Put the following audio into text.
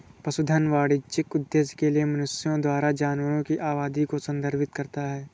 पशुधन वाणिज्यिक उद्देश्य के लिए मनुष्यों द्वारा जानवरों की आबादी को संदर्भित करता है